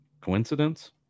Coincidence